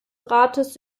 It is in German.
rates